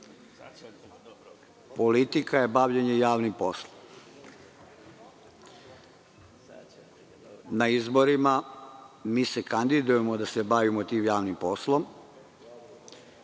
politika je bavljenje javnim poslom. Na izborima se kandidujemo da se bavimo tim javnim poslom